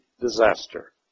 disaster